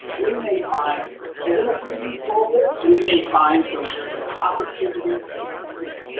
we may find legitimate reasons for this, we may find some opportunities to improve it.